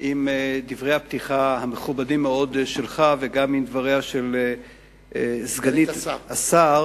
עם דברי הפתיחה המכובדים מאוד שלך וגם עם דבריה של סגנית השר